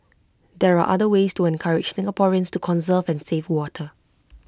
there are other ways to encourage Singaporeans to conserve and save water